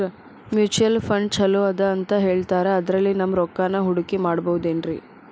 Mutual fund ಛಲೋ ಅದಾ ಅಂತಾ ಹೇಳ್ತಾರ ಅದ್ರಲ್ಲಿ ನಮ್ ರೊಕ್ಕನಾ ಹೂಡಕಿ ಮಾಡಬೋದೇನ್ರಿ?